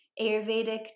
Ayurvedic